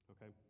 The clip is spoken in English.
Okay